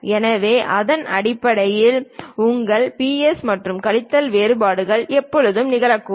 எனவே அதன் அடிப்படையில் உங்கள் பிளஸ் மற்றும் கழித்தல் வேறுபாடுகள் எப்போதும் நிகழக்கூடும்